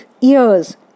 ears